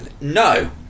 No